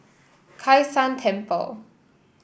Kai San Temple